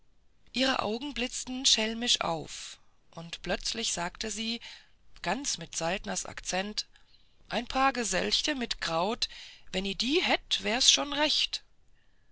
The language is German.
ihre augen blitzten schelmisch auf und plötzlich sagte sie ganz mit saltners akzent ein paar geselchte mit kraut die wenn i hätt s wär schon recht